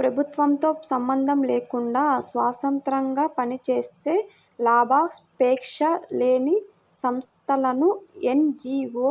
ప్రభుత్వంతో సంబంధం లేకుండా స్వతంత్రంగా పనిచేసే లాభాపేక్ష లేని సంస్థలను ఎన్.జీ.వో